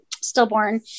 stillborn